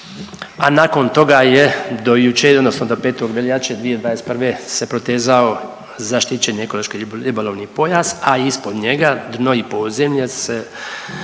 a nakon toga je do jučer odnosno do 5. veljače 2021. se protezao zaštićeni ekološko-ribolovni pojas, a ispod njega dno i podzemlje se